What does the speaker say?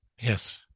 Yes